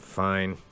fine